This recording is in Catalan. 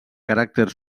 caràcter